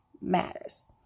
matters